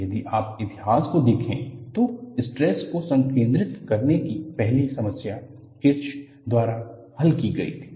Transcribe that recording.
यदि आप इतिहास को देखें तो स्ट्रेस को संकेन्द्रित करने की पहली समस्या किर्च द्वारा हल की गई थी